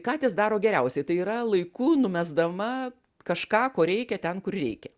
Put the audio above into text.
katės daro geriausiai tai yra laiku numesdama kažką ko reikia ten kur reikia